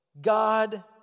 God